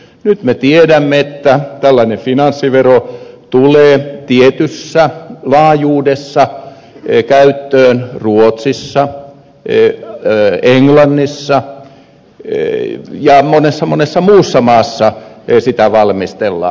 nyt me tiedämme että tällainen finanssivero tulee tietyssä laajuudessa käyttöön ruotsissa ja englannissa ja että monessa monessa muussa maassa sitä valmistellaan